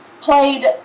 played